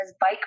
bike